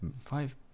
five